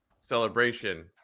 celebration